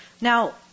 Now